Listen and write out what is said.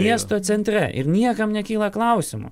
miesto centre ir niekam nekyla klausimų